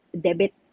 debit